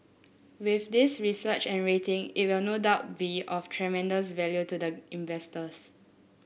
with this research and rating it will no doubt be of tremendous value to the investors